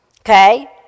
Okay